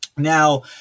Now